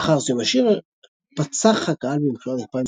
לאחר סיום השיר פצח הקהל במחיאות כפיים